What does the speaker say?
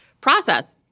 process